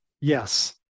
Yes